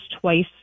twice